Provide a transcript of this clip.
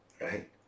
right